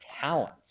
talents